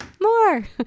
more